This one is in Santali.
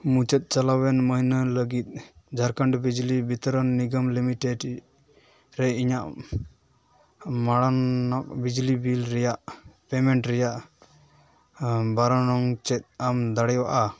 ᱢᱩᱪᱟᱹᱫ ᱪᱟᱞᱟᱣᱮᱱ ᱢᱟᱹᱦᱱᱟᱹ ᱞᱟᱹᱜᱤᱫ ᱡᱷᱟᱲᱠᱷᱚᱸᱰ ᱵᱤᱡᱽᱞᱤ ᱵᱤᱛᱚᱨᱚᱱ ᱱᱤᱜᱚᱢ ᱞᱤᱢᱤᱴᱮᱰ ᱨᱮ ᱤᱧᱟᱹᱜ ᱢᱟᱲᱟᱝ ᱟᱜ ᱵᱤᱡᱽᱞᱤ ᱵᱤᱞ ᱨᱮᱭᱟᱜ ᱯᱮᱢᱮᱱᱴ ᱨᱮᱭᱟᱜ ᱵᱚᱨᱱᱚᱱ ᱪᱮᱫ ᱧᱟᱢ ᱫᱟᱲᱮᱭᱟᱜᱼᱟ